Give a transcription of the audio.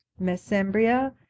Mesembria